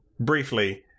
Briefly